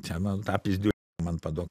ten man tą pyzd man paduok